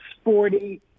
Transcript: sporty